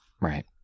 Right